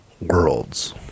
worlds